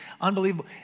Unbelievable